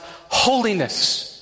holiness